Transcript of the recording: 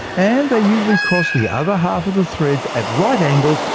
and they usually cross the other half of the threads at right angles,